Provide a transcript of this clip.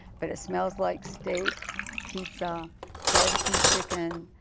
but it smells like steak pizza barbecue chicken.